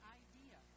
idea